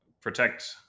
protect